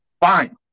fine